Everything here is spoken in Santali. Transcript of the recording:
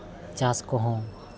ᱪᱟᱥ ᱠᱚᱦᱚᱸ